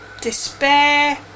despair